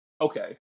okay